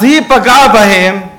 אז היא פגעה בהם,